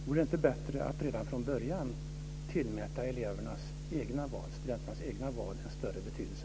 Vore det inte bättre att redan från början tillmäta studenternas egna val en större betydelse?